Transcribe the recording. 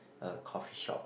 uh coffee shop